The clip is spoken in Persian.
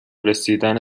رسیدن